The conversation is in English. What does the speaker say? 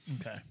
Okay